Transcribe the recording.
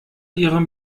ihrem